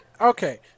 okay